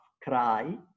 cry